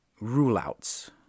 rule-outs